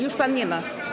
Już pan nie ma.